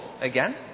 again